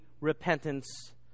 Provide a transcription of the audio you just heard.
repentance